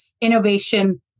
innovation